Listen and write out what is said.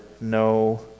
no